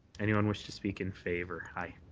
anyone wish to speak in favour?